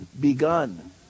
Begun